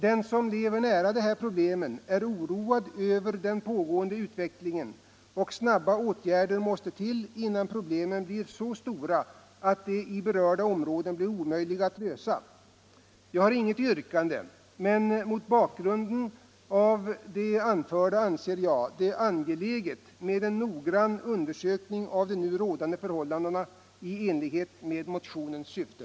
Den som lever nära de här problemen är oroad över den pågående utvecklingen, och snabba åtgärder måste till innan problemen blir så stora att de i berörda områden blir omöjliga att lösa. Jag har inget yrkande, men mot bakgrunden av det anförda anser jag det angeläget med en noggrann undersökning av de nu rådande förhållandena i enlighet med motionens syfte.